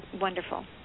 wonderful